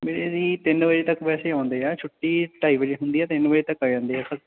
ਮੇਰੇ ਜੀ ਤਿੰਨ ਵਜੇ ਤੱਕ ਵੈਸੇ ਆਉਂਦੇ ਹਾਂ ਛੁੱਟੀ ਢਾਈ ਵਜੇ ਹੁੰਦੀ ਹੈ ਤਿੰਨ ਵਜੇ ਤੱਕ ਆ ਜਾਂਦੇ ਆ ਸਰ